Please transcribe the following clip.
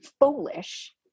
foolish